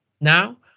now